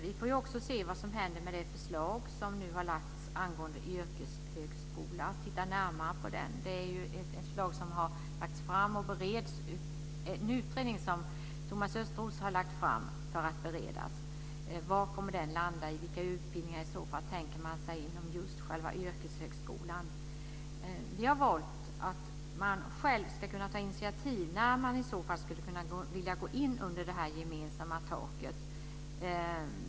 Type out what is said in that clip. Vi får se vad som händer med det förslag som har lagts fram om en yrkeshögskola. Det är en utredning som Thomas Östros har tagit initiativ till och som nu bereds. Vad kommer den att landa i? Vilka utbildningar tänker man sig inom yrkeshögskolan? Vi har valt att man själv ska ta initiativ till när man ska gå in under det gemensamma taket.